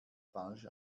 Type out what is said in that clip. falsch